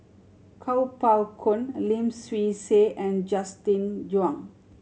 Kuo Pao Kun Lim Swee Say and Justin Zhuang